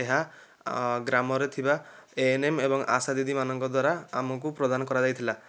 ଏହା ଗ୍ରାମରେ ଥିବା ଥିବା ଏ ଏନ୍ ଏମ୍ ଏବଂ ଆଶା ଦିଦିମାନଙ୍କ ଦ୍ୱାରା ଆମକୁ ପ୍ରଦାନ କରାଯାଇଥିଲା